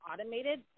automated